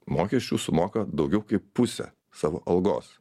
mokesčių sumoka daugiau kaip pusę savo algos